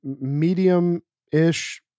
medium-ish